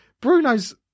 Bruno's